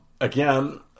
again